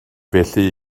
felly